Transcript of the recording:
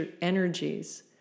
energies